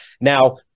Now